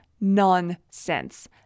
Nonsense